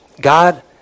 God